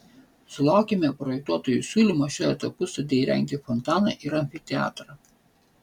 sulaukėme projektuotojų siūlymo šiuo etapu sode įrengti fontaną ir amfiteatrą